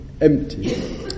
empty